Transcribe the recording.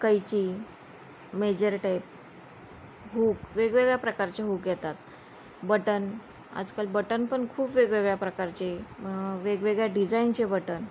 कैची measure tape hook वेगवेगळ्या प्रकारचे hook येतात बटन आजकाल बटन पण खूप वेगवेगळ्या प्रकारचे वेगवेगळ्या डिझाईनचे बटन